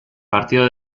partido